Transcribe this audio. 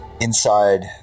inside